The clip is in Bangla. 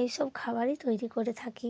এই সব খাবারই তৈরি করে থাকি